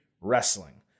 Wrestling